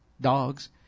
dogs